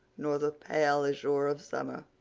nor the pale azure of summer,